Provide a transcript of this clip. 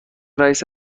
رئیس